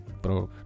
pro